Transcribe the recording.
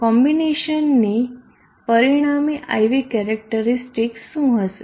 કોમ્બિનેશનની પરિણામી IV characteristics શું હશે